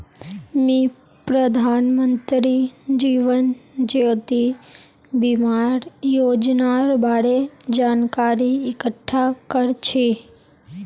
मी प्रधानमंत्री जीवन ज्योति बीमार योजनार बारे जानकारी इकट्ठा कर छी